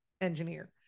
engineer